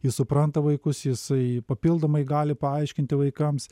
jis supranta vaikus jisai papildomai gali paaiškinti vaikams